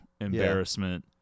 embarrassment